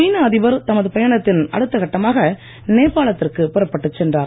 சீன அதிபர் தமது பயணத்தின் அடுத்த கட்டமாக நேபாள த்திற்கு புறப்பட்டுச் சென்றார்